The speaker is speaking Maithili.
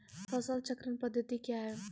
फसल चक्रण पद्धति क्या हैं?